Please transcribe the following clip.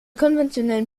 konventionellen